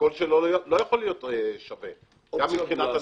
הקול שלו לא יכול להיות שווה גם מבחינת הסכמה,